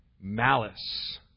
malice